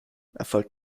erfolgt